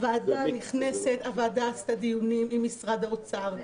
הוועדה עשתה דיונים עם משרד האוצר,